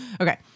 Okay